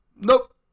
Nope